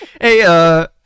hey